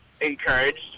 encouraged